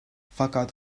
fakat